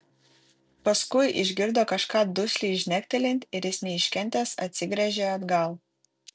paskui išgirdo kažką dusliai žnektelint ir jis neiškentęs atsigręžė atgal